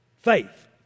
Faith